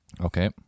Okay